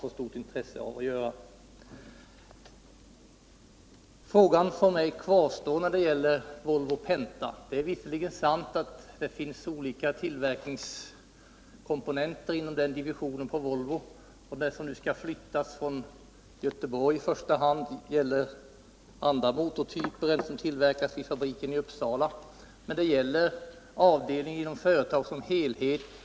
Min fråga kvarstår när det gäller Volvo Penta. Det är visserligen sant att det finns olika tillverkningskomponenter inom den divisionen på Volvo. Det som skall flyttas i första hand från Göteborg gäller andra motortyper än dem som tillverkas vid fabriken i Uppsala, men det gäller en avdelning inom företaget som helhet.